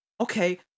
okay